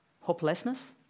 Hopelessness